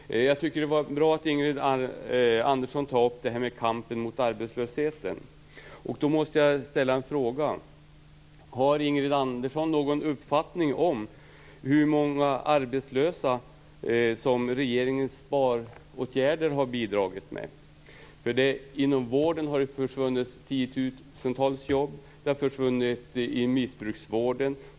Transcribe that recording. Herr talman! Jag tycker att det var bra att Ingrid Andersson tog upp frågan om kampen mot arbetslösheten. Jag måste ställa en fråga: Har Ingrid Andersson någon uppfattning om hur många arbetslösa som regeringens sparåtgärder har bidragit med? Inom vården har ju tiotusentals jobb försvunnit, t.ex. i missbrukarvården.